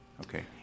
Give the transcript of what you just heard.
Okay